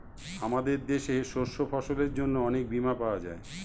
আমাদের দেশে শস্য ফসলের জন্য অনেক বীমা পাওয়া যায়